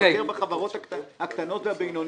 אני מבקר בחברות הקטנות והבינוניות,